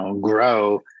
grow